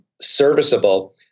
serviceable